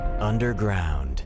underground